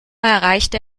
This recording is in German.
erreichte